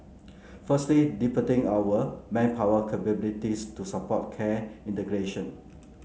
firstly deepening our manpower capabilities to support care integration